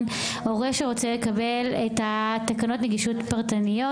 הורה שרוצה לקבל את תקנות הנגישות הפרטנית,